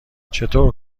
چطور